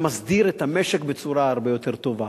מסדיר את המשק בצורה הרבה יותר טובה.